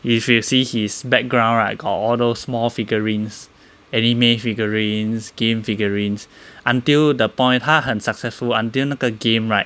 if you see his background right got all those small figurines anime figurines game figurines until the point 他很 successful until 那个 game right